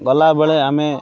ଗଲାବେଳେ ଆମେ